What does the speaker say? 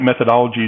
methodologies